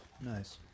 Nice